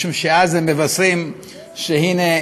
משום שזה יבשר שהנה,